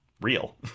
real